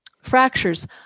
fractures